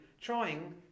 trying